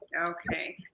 Okay